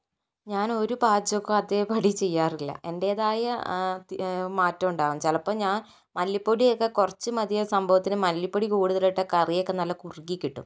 ഞാനൊരു പാചകവും അതേപടി ചെയ്യാറില്ല എന്റേതായ മാറ്റം ഉണ്ടാവും ചിലപ്പോൾ ഞാൻ മല്ലിപ്പൊടി ഒക്കെ കുറച്ച് മതിയ സംഭവത്തിന് മല്ലിപ്പൊടി കൂടുതലിട്ടാൽ കറി ഒക്കെ നല്ല കുറുകി കിട്ടും